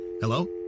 Hello